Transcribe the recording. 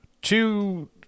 Two